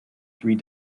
three